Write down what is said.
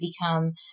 become